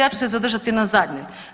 Ja ću se zadržati na zadnjoj.